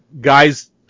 guys